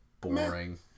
boring